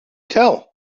tell